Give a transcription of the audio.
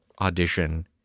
audition